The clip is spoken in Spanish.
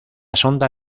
sonda